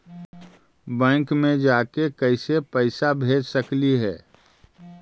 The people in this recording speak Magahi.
बैंक मे जाके कैसे पैसा भेज सकली हे?